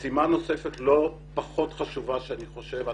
משימה נוספת לא פחות חשובה שאני חושב.